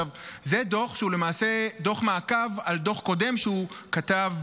זה דוח שהוא למעשה דוח מעקב על דוח קודם שהוא כתב,